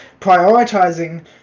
prioritizing